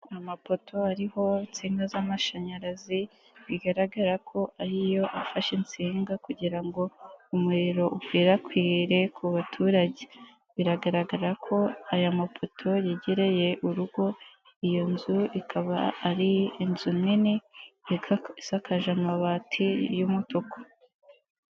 Amapoto ariho nsinka z'amashanyarazi, bigaragara ko ariyo afashe insinga kugira ngo umuriro ukwirakwi ku baturage, biragaragara ko aya mafoto yegereye urugo, iyo nzu ikaba ari inzu nini isakaje amabati y'umutuku.